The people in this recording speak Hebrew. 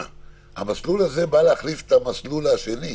המסלול הזה בא להחליף את המסלול השני.